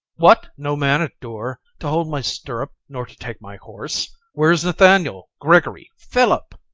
what! no man at door to hold my stirrup nor to take my horse? where is nathaniel, gregory, philip